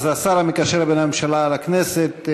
השר המקשר בין הממשלה לכנסת,